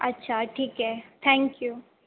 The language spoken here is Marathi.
अच्छा ठीक आहे थँक्यू